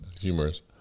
humorous